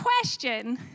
question